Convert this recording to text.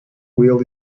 wheel